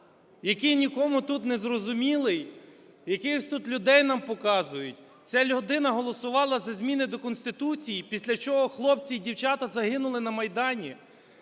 який нікому тут незрозумілий, якихось тут людей нам показують. Ця людина голосувала за зміни до Конституції, після чого хлопці і дівчата загинули на Майдані.